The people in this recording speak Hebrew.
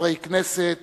חברי כנסת